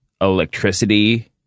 electricity